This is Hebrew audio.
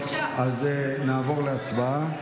טוב, אז נעבור להצבעה.